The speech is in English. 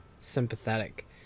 sympathetic